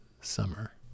summer